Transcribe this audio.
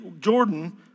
Jordan